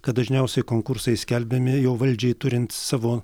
kad dažniausiai konkursai skelbiami jau valdžiai turint savo